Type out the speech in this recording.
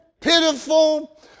pitiful